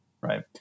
right